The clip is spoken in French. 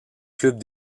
club